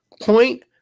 Point